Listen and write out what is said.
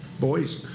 boys